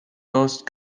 baust